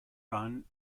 run